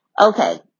Okay